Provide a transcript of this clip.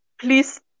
please